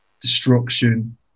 destruction